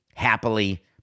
happily